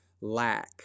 lack